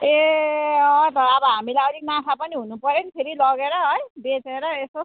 ए त अब हामीलाई अलिक नाफा पनि हुनुपऱ्यो नि फेरि लगेर है बेचेर यसो